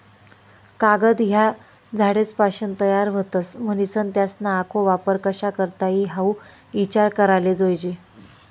कागद ह्या झाडेसपाशीन तयार व्हतस, म्हनीसन त्यासना आखो वापर कशा करता ई हाऊ ईचार कराले जोयजे